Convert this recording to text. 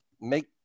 make